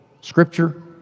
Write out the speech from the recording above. Scripture